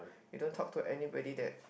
you don't talk to anybody that